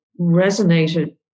resonated